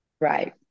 Right